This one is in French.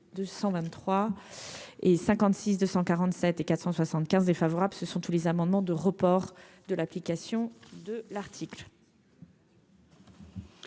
123 et 56 247 et 475 défavorable, ce sont tous les amendements de report de l'application de l'article.